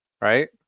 Right